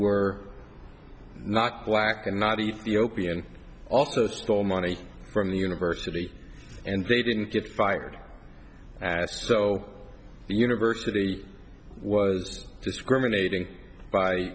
were not black and not ethiopian also stole money from the university and they didn't get fired as so the university was discriminating by